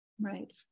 Right